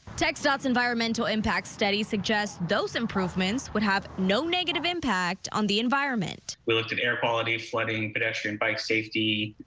txdot's environmental impact study suggests those improvements would have no negative impact on the environment. we looked at air quality, flooding, pedestrian bike safety,